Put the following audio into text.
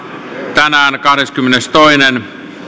tänään kahdeskymmenestoinen